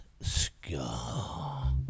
Scar